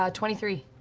um twenty three.